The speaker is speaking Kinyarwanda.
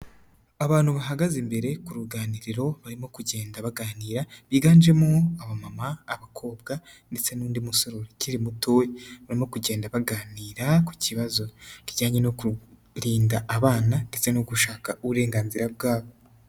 Abantu bahagaze imbere ku ruganiriro barimo kugenda baganira, biganjemo abamama, abakobwa ndetse n'undi musore ukiri muto we, barimo kugenda baganira ku kibazo kijyanye no kurinda abana ndetse no gushaka uburenganzira bwabo.